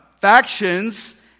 factions